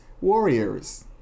Warriors